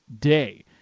day